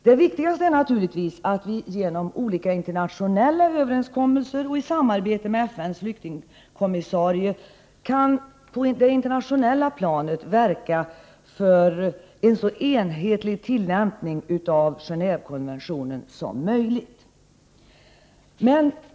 Det viktigaste är naturligtvis att vi genom olika internationella överenskommelser och i samarbete med FN:s flyktingkommissarie kan verka på det internationella planet för en så enhetlig tillämpning av Genévekonventionen som möjligt.